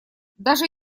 даже